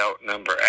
outnumber